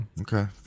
Okay